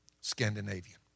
Scandinavian